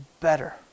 better